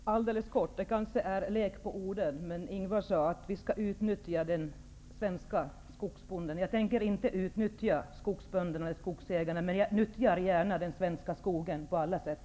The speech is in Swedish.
Herr talman! Det är kanske bara en lek med ord, men Ingvar Eriksson sade att man skall utnyttja den svenska skogsbonden. Jag tänker inte utnyttja skogsägarna, men jag nyttjar gärna den svenska skogen på alla sätt.